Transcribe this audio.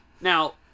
Now